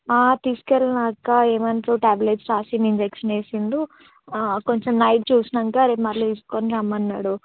తీసుకెళ్ళాక ఏమంటారు ట్యాబ్లెట్స్ రాసి ఇంజెక్షన్ వేసాడు కొంచెం నైట్ చూసాక అరే మళ్ళీ తీసుకుని రమ్మన్నాడు